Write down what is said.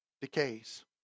decays